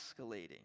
escalating